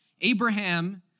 Abraham